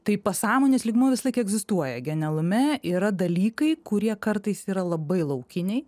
taip pasąmonės lygmuo visąlaik egzistuoja genialume yra dalykai kurie kartais yra labai laukiniai